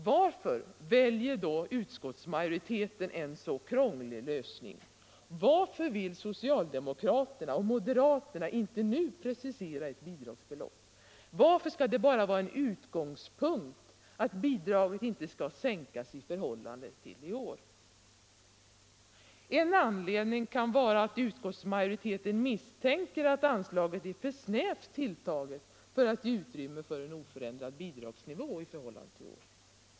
Varför väljer då utskottsmajoriteten en så krånglig lösning? Varför vill socialdemokraterna och moderaterna inte nu precisera ett bidragsbelopp? Varför skall det bara vara en utgångspunkt att bidraget inte skall sänkas i förhållande till i år? En anledning kan vara att utskottsmajoriteten misstänker att anslaget är för snävt tilltaget för att ge utrymme för en oförändrad bidragsnivå i förhållande till i år.